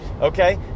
Okay